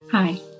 Hi